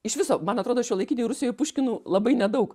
iš viso man atrodo šiuolaikinėj rusijoj puškinų labai nedaug